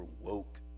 woke